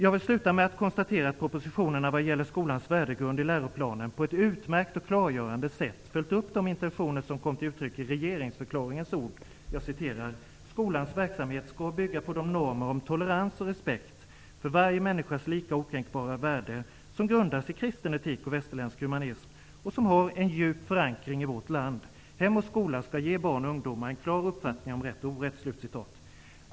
Jag vill avsluta med att konstatera att propositionerna vad gäller skolans värdegrund i läroplanen på ett utmärkt och klargörande sätt följt upp de intentioner som kom till uttryck i regeringsförklaringens ord: ''Skolans verksamhet skall bygga på de normer om tolerans och respekt för varje människas lika och okränkbara värde som grundas i kristen etik och västerländsk humanism och som har djup förankring i vårt land. Hem och skola skall ge barn och ungdomar en klar uppfattning om rätt och orätt''.